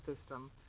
system